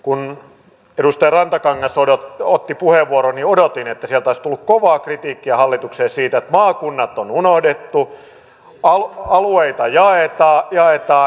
kun edustaja rantakangas otti puheenvuoron odotin että sieltä olisi tullut kovaa kritiikkiä hallitukselle siitä että maakunnat on unohdettu alueita jaetaan maakunnat hylätään